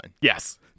Yes